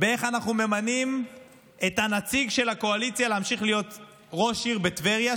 באיך אנו ממנים את הנציג של הקואליציה להמשיך להיות ראש עיר בטבריה,